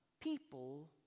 people